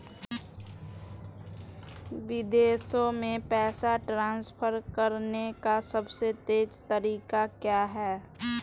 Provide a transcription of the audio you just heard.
विदेश में पैसा ट्रांसफर करने का सबसे तेज़ तरीका क्या है?